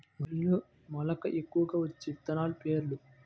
వరిలో మెలక ఎక్కువగా వచ్చే విత్తనాలు పేర్లు?